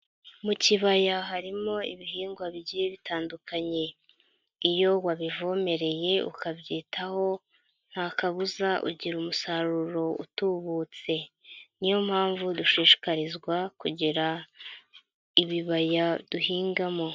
Mu kibaya harimo ibihingwa bigiye bitandukanye, iyo wabivomereye ukabyitaho, nta kabuza ugira umusaruro utubutse, niyo mpamvu dushishikarizwa kugira ibibaya duhingamo.